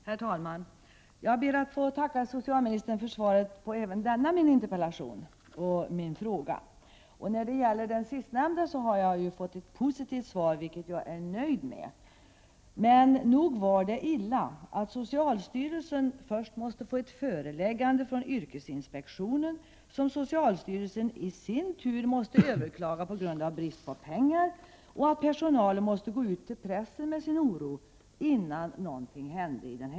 Herr talman! Jag ber att få tacka socialministern för svaret på min interpellation och min fråga. När det gäller den sistnämnda har jag ju fått ett positivt svar, vilket jag är nöjd med. Men nog var det illa att, innan någonting hände i frågan, socialstyrelsen först måste få ett föreläggande från yrkesinspektionen, som socialstyrelsen i sin tur var tvungen överklaga på grund av brist på pengar samt att personalen måste gå ut till pressen med sin oro.